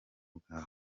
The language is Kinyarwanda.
bwawe